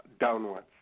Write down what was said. downwards